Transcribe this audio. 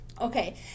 Okay